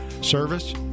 service